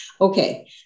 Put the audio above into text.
okay